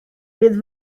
bydd